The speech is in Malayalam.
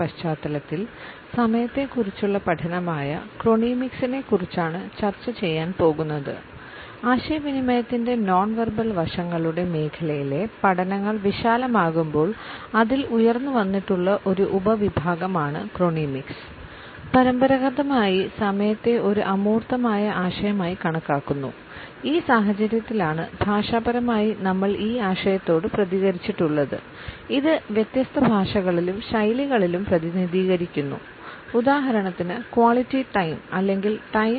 പരമ്പരാഗതമായി സമയത്തെ ഒരു അമൂർത്തമായ ആശയമായി കണക്കാക്കുന്നു ഈ സാഹചര്യത്തിലാണ് ഭാഷാപരമായി നമ്മൾ ഈ ആശയത്തോട് പ്രതികരിച്ചിട്ടുള്ളത് ഇത് വ്യത്യസ്ത ഭാഷകളിലും ശൈലികളിലും പ്രതിനിധീകരിക്കുന്നു ഉദാഹരണത്തിന് ക്വാളിറ്റി ടൈം